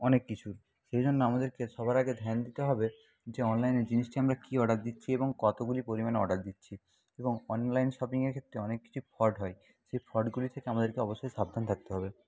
অনেক কিছু সেই জন্য আমাদেরকে সবার আগে ধ্যান দিতে হবে যে অনলাইনের জিনিসটি আমরা কী অর্ডার দিচ্ছি এবং কতোগুলি পরিমাণে অর্ডার দিচ্ছি এবং অনলাইন শপিংয়ের ক্ষেত্রে অনেক কিছু ফ্রড হয় ফ্রডগুলি থেকে আমাদেরকে অবশ্যই সাবধান থাকতে হবে